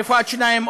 או רפואת שיניים,